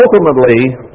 ultimately